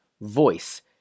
voice